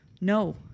No